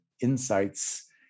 insights